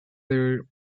their